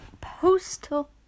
postal